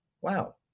wow